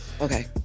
okay